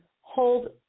hold